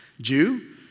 Jew